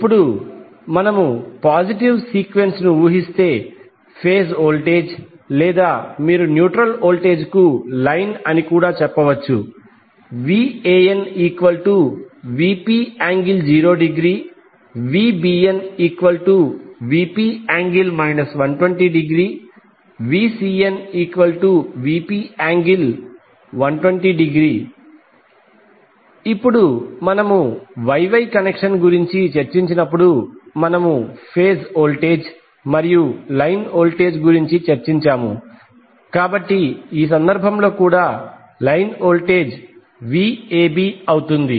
ఇప్పుడు మనము positive sequence ను ఊహిస్తే ఫేజ్ వోల్టేజ్ లేదా మీరు న్యూట్రల్ వోల్టేజ్ కు లైన్ అని కూడా చెప్పవచ్చు VanVp∠0° VbnVp∠ 120° VcnVp∠120° ఇప్పుడు మనము Y Y కనెక్షన్ గురించి చర్చించినప్పుడు మనము ఫేజ్ వోల్టేజ్ మరియు లైన్ వోల్టేజ్ గురించి చర్చించాము కాబట్టి ఈ సందర్భంలో కూడా లైన్ వోల్టేజ్ Vabఅవుతుంది